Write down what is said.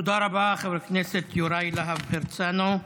תודה רבה, חבר הכנסת יוראי להב הרצנו.